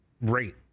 rate